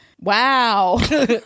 wow